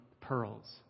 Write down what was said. pearls